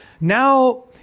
Now